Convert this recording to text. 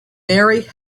mary